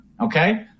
Okay